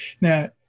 Now